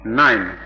nine